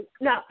No